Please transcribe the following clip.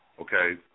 okay